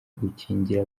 gukingira